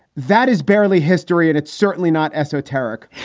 that is barely history and it's certainly not esoteric.